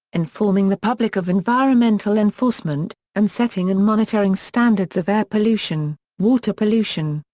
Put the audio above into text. informing the public of environmental enforcement, and setting and monitoring standards of air pollution, water pollution,